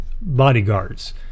bodyguards